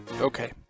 okay